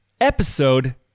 episode